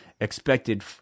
expected